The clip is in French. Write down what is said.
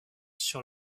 sur